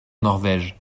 norvège